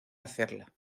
hacerla